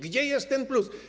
Gdzie jest ten plus?